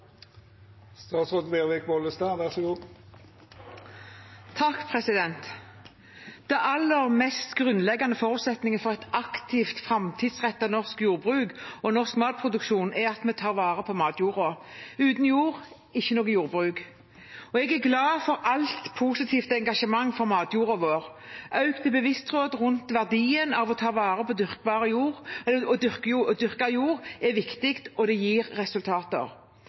aller mest grunnleggende forutsetningen for et aktivt, framtidsrettet norsk jordbruk og norsk matproduksjon er at vi tar vare på matjorda – uten jord, ikke noe jordbruk. Jeg er glad for alt positivt engasjement for matjorda vår. Økt bevissthet rundt verdien av å ta vare på dyrkbar og dyrket jord er viktig, og det gir resultater.